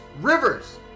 rivers